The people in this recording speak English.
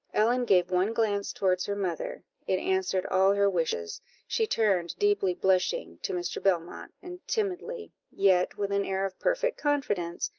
ellen gave one glance towards her mother it answered all her wishes she turned, deeply blushing, to mr. belmont, and timidly, yet with an air of perfect confidence,